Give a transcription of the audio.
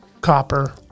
copper